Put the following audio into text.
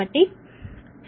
3 10 3 మరియు ఇది 148